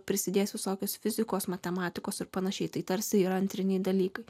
prisidės visokios fizikos matematikos ir pan tai tarsi yra antriniai dalykai